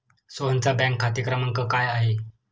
सोहनचा बँक खाते क्रमांक काय आहे?